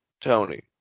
Tony